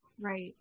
Right